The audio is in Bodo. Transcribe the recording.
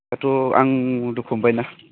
दाथ' आं दुखु मोनबाय ना